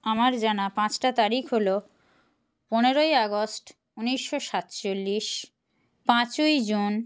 আমার জানা পাঁচটা তারিখ হলো পনেরোই আগস্ট উনিশশো সাতচল্লিশ পাঁচই জুন